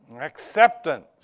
Acceptance